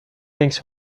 takes